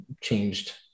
changed